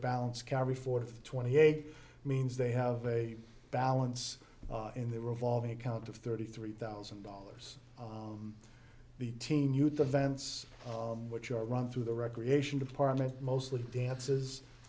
balance carry forth twenty eight means they have a balance in the revolving account of thirty three thousand dollars the teen youth advance which are run through the recreation department mostly dances